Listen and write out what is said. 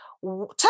Tell